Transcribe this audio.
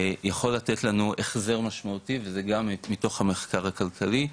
יכול לתת לנו החזר משמעותי וזה גם מתוך המחקר הכלכלי,